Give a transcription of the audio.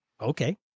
Okay